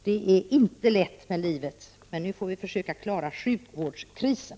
Det är inte lätt med livet, men nu får vi försöka klara sjukvårdskrisen.